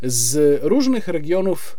z różnych regionów.